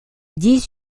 dix